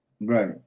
Right